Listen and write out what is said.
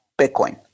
Bitcoin